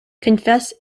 confess